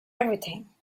everything